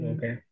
Okay